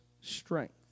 strength